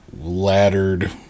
laddered